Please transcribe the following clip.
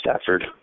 Stafford